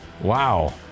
Wow